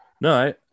no